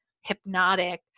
hypnotic